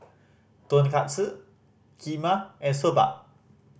Tonkatsu Kheema and Soba